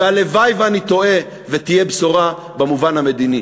והלוואי שאני טועה ותהיה בשורה במובן המדיני,